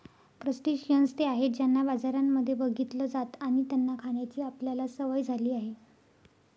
crustaceans ते आहेत ज्यांना बाजारांमध्ये बघितलं जात आणि त्यांना खाण्याची आपल्याला सवय झाली आहे